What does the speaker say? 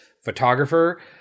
photographer